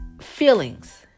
feelings